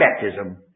baptism